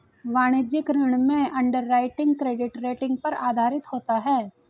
वाणिज्यिक ऋण में अंडरराइटिंग क्रेडिट रेटिंग पर आधारित होता है